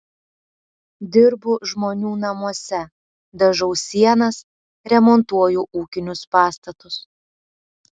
dirbu žmonių namuose dažau sienas remontuoju ūkinius pastatus